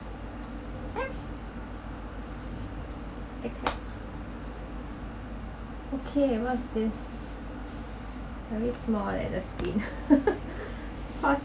okay okay what's this very small little spin po~